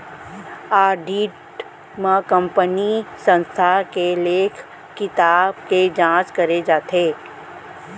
audit म कंपनीय संस्था के लेखा किताब के जांच करे जाथे